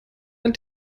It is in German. ein